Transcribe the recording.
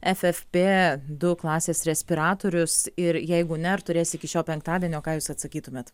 effp du klasės respiratorius ir jeigu ne ar turės iki šio penktadienio ką jūs atsakytumėt